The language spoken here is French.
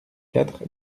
quatre